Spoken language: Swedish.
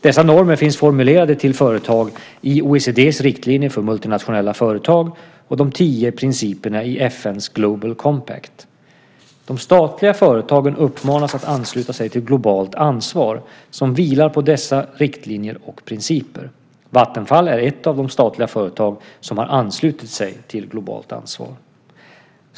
Dessa normer finns formulerade till företag i OECD:s riktlinjer för multinationella företag och de tio principerna i FN:s Global Compact. De statliga företagen uppmanas att ansluta sig till Globalt Ansvar, som vilar på dessa riktlinjer och principer. Vattenfall är ett av de statliga företag som har anslutit sig till Globalt Ansvar.